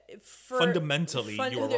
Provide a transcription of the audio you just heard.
fundamentally